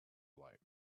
light